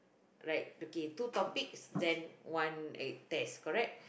like okay two topics then one like test correct